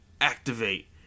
activate